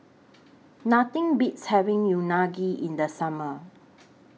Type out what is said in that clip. Nothing Beats having Unagi in The Summer